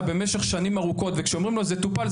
במשך שנים ארוכות וכשאומרים לו זה טופל,